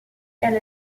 elle